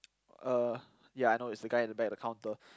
uh ya I know it's the guy at the back at the counter